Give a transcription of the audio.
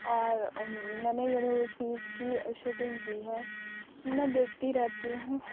اور میں نے یونیورسٹیز کی شوٹنگ کی ہے میں دیکھتی رہتی ہوں